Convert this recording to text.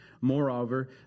Moreover